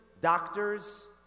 doctors